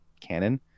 canon